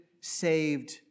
saved